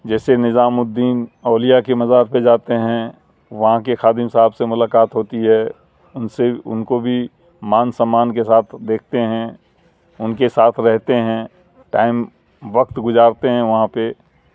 جیسے نظام الدین اولیاء کے مزار پہ جاتے ہیں وہاں کے خادم صاحب سے ملاقات ہوتی ہے ان سے ان کو بھی مان سمان کے ساتھ دیکھتے ہیں ان کے ساتھ رہتے ہیں ٹائم وقت گزارتے ہیں وہاں پہ